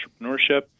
Entrepreneurship